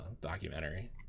documentary